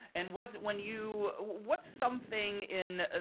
and what, when you, what's something in,